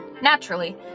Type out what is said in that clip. Naturally